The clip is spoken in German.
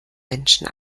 menschen